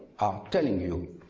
telling you.